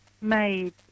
made